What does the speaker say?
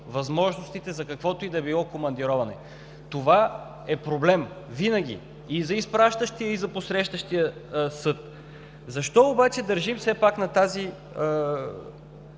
възможностите за каквото и да е било командироване. Това е проблем – винаги и за изпращащия, и за посрещащия съд. Защо обаче държим все пак на тази